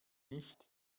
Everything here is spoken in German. nicht